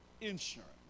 insurance